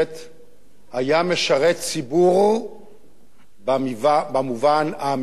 היה משרת ציבור במובן האמיתי של המלה.